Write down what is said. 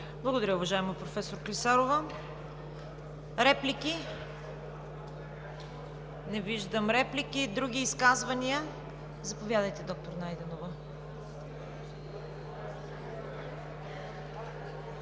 Благодаря, уважаема професор Клисарова. Реплики? Не виждам реплики. Други изказвания? Заповядайте, доктор Найденова.